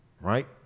right